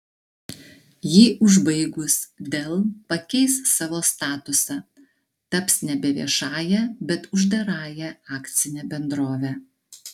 jį užbaigus dell pakeis savo statusą taps nebe viešąja bet uždarąja akcine bendrove